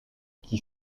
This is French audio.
qui